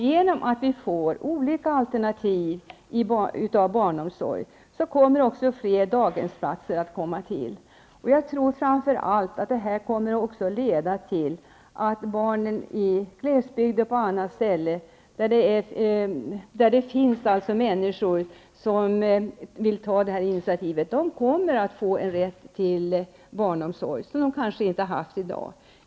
Genom att vi får olika alternativ av barnomsorg kommer också fler daghemsplatser att komma till. Jag tror att det framför allt kommer att leda till att barnen i glesbygd och på annat håll där det finns människor som vill ta sådana här initiativ kommer att få en rätt till barnomsorg som de i dag kanske inte har.